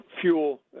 fuel